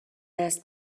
است